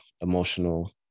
emotional